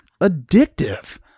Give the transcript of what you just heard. addictive